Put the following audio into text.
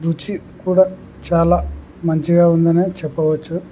రుచి కూడా చాలా మంచిగా ఉందనే చెప్పవచ్చు